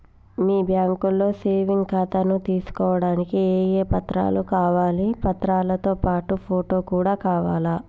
మీ బ్యాంకులో సేవింగ్ ఖాతాను తీసుకోవడానికి ఏ ఏ పత్రాలు కావాలి పత్రాలతో పాటు ఫోటో కూడా కావాలా?